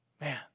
man